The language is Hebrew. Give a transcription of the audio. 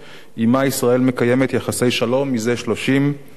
שעמה ישראל מקיימת יחסי שלום מזה 33 שנים.